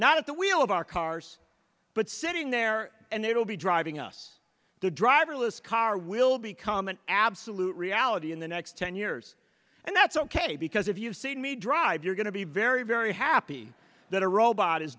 not at the wheel of our cars but sitting there and they will be driving us to driverless car will become an absolute reality in the next ten years and that's ok because if you see me drive you're going to be very very happy that a robot is